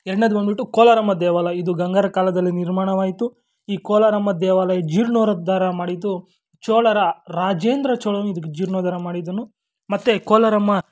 ಎರಡನೆಯದು ಬಂದುಬಿಟ್ಟು ಕೋಲಾರಮ್ಮ ದೇವಾಲಯ ಇದು ಗಂಗರ ಕಾಲದಲ್ಲಿ ನಿರ್ಮಾಣವಾಯಿತು ಈ ಕೋಲಾರಮ್ಮ ದೇವಾಲಯ ಜೀರ್ಣೋದ್ಧಾರ ಮಾಡಿದ್ದು ಚೋಳರ ರಾಜೇಂದ್ರ ಚೋಳನು ಇದ್ಕೆ ಜೀರ್ಣೋದ್ಧಾರ ಮಾಡಿದ್ದನು ಮತ್ತು ಕೋಲಾರಮ್ಮ